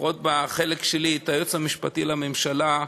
לפחות בחלק שלי, את היועץ המשפטי לממשלה,